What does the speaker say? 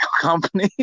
company